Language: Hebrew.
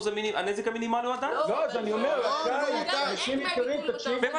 הנזק המינימלי הוא 10%. אני אומר שבקיץ אין נזק כספי.